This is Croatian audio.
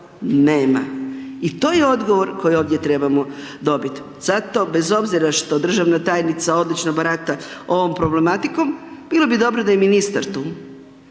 nema i to je odgovor koji ovdje trebamo dobiti. Zato bez obzira što državna tajnica odlično barata ovom problematikom, bilo bi dobro da je i ministar tu.